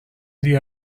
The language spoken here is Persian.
دیگه